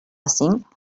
cinc